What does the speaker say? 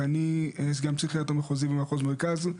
ואני סגן פסיכיאטר מחוזי במחוז המרכז.